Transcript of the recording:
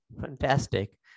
Fantastic